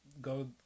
go